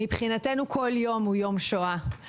מבחינתנו כל יום הוא ׳יום שואה׳.